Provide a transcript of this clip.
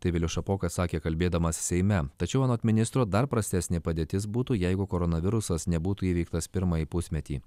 tai vilius šapoka sakė kalbėdamas seime tačiau anot ministro dar prastesnė padėtis būtų jeigu koronavirusas nebūtų įveiktas pirmąjį pusmetį